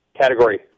category